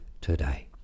today